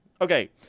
Okay